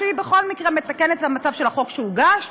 שהיא בכל מקרה מתקנת מצב של החוק שהוגש,